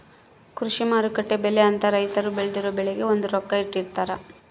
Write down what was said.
ಕೃಷಿ ಮಾರುಕಟ್ಟೆ ಬೆಲೆ ಅಂತ ರೈತರು ಬೆಳ್ದಿರೊ ಬೆಳೆಗೆ ಒಂದು ರೊಕ್ಕ ಇಟ್ಟಿರ್ತಾರ